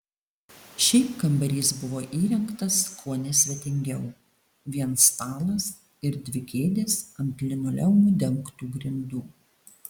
šiaip kambarys buvo įrengtas kuo nesvetingiau vien stalas ir dvi kėdės ant linoleumu dengtų grindų